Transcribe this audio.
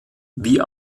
wie